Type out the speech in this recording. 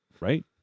Right